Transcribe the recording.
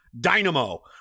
dynamo